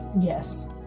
Yes